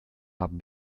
haben